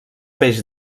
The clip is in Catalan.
peix